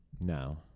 No